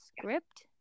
script